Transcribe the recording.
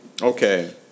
Okay